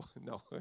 No